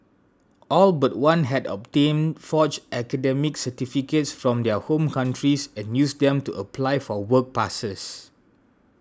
all but one had obtained forged academic certificates from their home countries and used them to apply for work passes